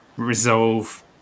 resolve